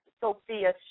Sophia